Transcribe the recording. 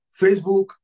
Facebook